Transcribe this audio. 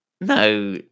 no